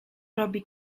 robi